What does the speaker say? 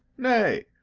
nay,